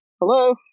Hello